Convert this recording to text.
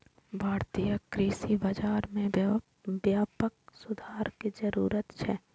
भारतीय कृषि बाजार मे व्यापक सुधार के जरूरत छै